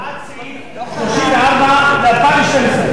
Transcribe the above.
עד סעיף 34 ל-2012.